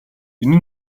энэ